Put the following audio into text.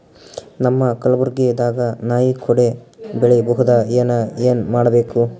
ನಮ್ಮ ಕಲಬುರ್ಗಿ ದಾಗ ನಾಯಿ ಕೊಡೆ ಬೆಳಿ ಬಹುದಾ, ಏನ ಏನ್ ಮಾಡಬೇಕು?